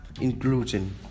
inclusion